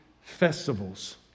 festivals